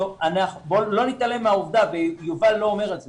לא נתעלם מהעובדה, יובל לא אומר את זה.